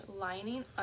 lining